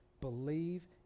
Believe